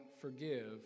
forgive